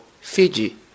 Fiji